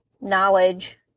knowledge